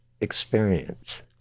experience